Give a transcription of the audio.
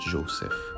Joseph